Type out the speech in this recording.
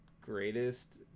greatest